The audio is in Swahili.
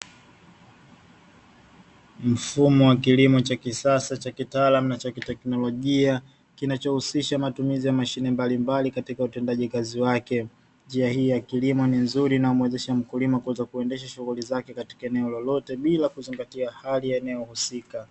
Mfumo wa kilimo cha kisasa cha kitaalamu na cha kiteknolojia, kinacho husisha matumizi ya Mashine mbalimbali katika utendaji kazi wake, njia hii ya kilimo ni nzuri na umuwesesha Mkulima kuweza kuendesha shughuli zake eneo lolote bila kuzingatia hali ya eneo husika.